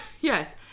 Yes